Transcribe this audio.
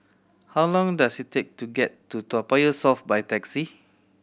how long does it take to get to Toa Payoh South by taxi